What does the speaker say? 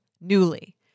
Newly